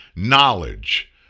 Knowledge